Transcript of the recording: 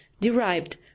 derived